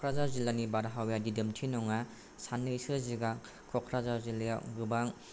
क'कराझार जिल्लानि बार हावाया दिदोमथि नङा साननैसो सिगां क'कराझार जिल्लायाव गोबां